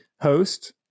Host